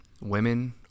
women